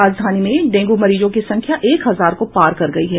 राजधानी में डेंगू मरीजों की संख्या एक हजार को पार कर गयी है